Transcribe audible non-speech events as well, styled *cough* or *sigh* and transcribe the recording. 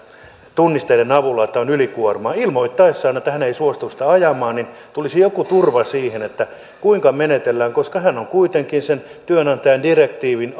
tunnisteiden avulla että on ylikuormaa ilmoittaa että hän ei suostu sitä ajamaan tulisi joku turva siihen kuinka menetellään koska hän on kuitenkin sen työnantajan direktiivin *unintelligible*